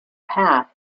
path